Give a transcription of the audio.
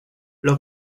los